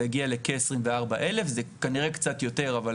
זה הגיע לכ-24 אלף, זה כנראה קצת יותר, אבל